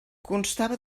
constava